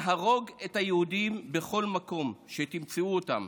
להרוג את היהודים בכל מקום שתמצאו אותם,